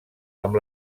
amb